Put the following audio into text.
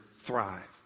thrive